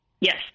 Yes